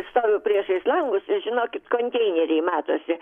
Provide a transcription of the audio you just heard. stovi priešais langus ir žinokit konteineriai matosi